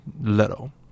little